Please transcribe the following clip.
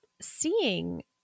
seeing